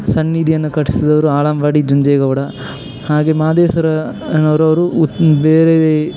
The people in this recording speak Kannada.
ಸನ್ನಿಧಿಯನ್ನು ಕಟ್ಟಿಸಿದವ್ರು ಆಲಂಬಾಡಿ ಜುಂಜೇಗೌಡ ಹಾಗೆಯೇ ಮಹದೇಶ್ವರ ಅನ್ನೋರವರು ಉತ್ತಿ ಬೇರೇ